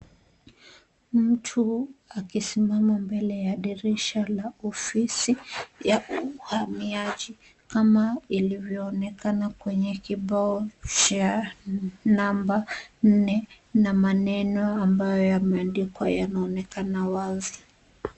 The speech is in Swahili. Mtu akisimama mbele ya dirisha la ofisi ya uhamiaji kama ilivyoonekana kwenye kibao cha namba nne na maneno ambayo yameandikwa yanaonekana wazi.